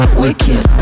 wicked